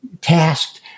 tasked